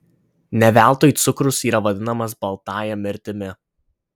ne veltui cukrus yra vadinamas baltąja mirtimi